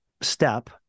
step